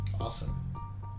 Awesome